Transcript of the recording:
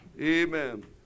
Amen